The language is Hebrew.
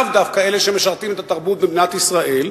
לאו דווקא אלה שמשרתים את התרבות במדינת ישראל,